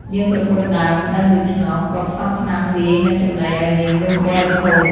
នាងប្រពន្ធដើមដឹងដូច្នោះ ក៏ផ្សំថ្នាំលាយនឹង ចំណីឲ្យនាងនោះបរិភោគ។